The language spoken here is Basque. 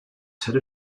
sare